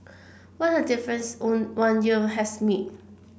what a difference one one year has made